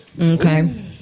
Okay